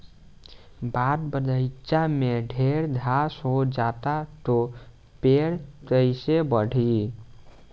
बाग बगइचा में ढेर घास हो जाता तो पेड़ कईसे बढ़ी